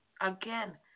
again